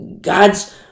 God's